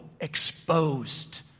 exposed